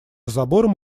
забором